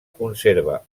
conserva